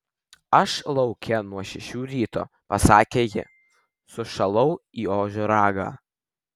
aš lauke nuo šešių ryto pasakė ji sušalau į ožio ragą